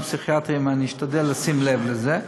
פסיכיאטריים אני אשתדל לשים לב לזה.